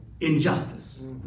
injustice